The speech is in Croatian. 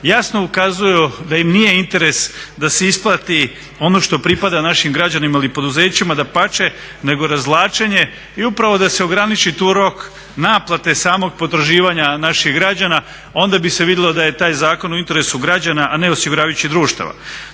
jasno ukazuju da im nije interes da se isplati ono što pripada našim građanima ili poduzećima dapače nego razvlačenje i upravo da se ograniči tu rok naplate samog potraživanja naših građana, onda bi se vidjelo da je taj zakon u interesu građana a ne osiguravajućih društava.